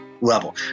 level